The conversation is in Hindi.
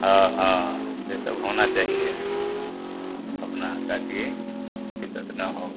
हाँ हाँ यह सब होना चाहिए अपना ताकि दिक्कत न हो